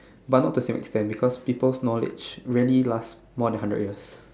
but not to certain extent because people knowledge really last more than hundred years